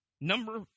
Number